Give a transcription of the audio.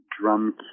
drum